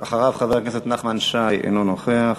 אחריו, חבר הכנסת נחמן שי, אינו נוכח.